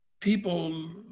people